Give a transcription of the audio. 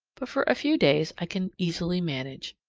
but for a few days i can easily manage.